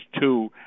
two